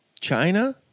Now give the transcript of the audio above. China